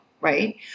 right